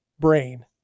brain